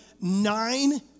nine